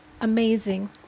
amazing